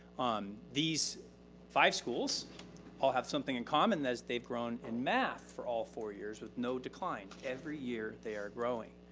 um these five schools all have something in common as they've grown in math for all four years with no decline every year they are growing.